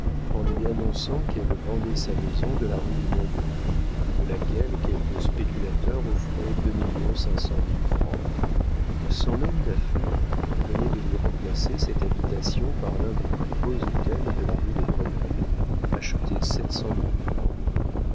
en lui annonçant qu'elle vendait sa maison de la rue du mont-blanc de laquelle quelques spéculateurs offraient deux millions cinq cent mille francs son homme d'affaires venait de lui remplacer cette habitation par l'un des plus beaux hôtels de la rue de grenelle acheté